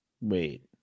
Wait